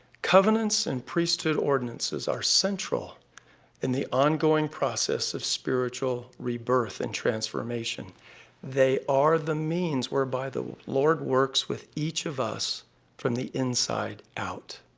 covenants and priesthood ordinances are central in the ongoing process of spiritual rebirth and transformation they are the means whereby the lord works with each of us from the inside out.